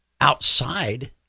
outside